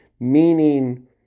meaning